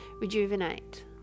rejuvenate